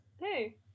Hey